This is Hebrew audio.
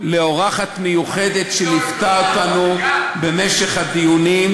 לאורחת מיוחדת שליוותה אותנו במשך הדיונים,